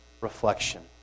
reflection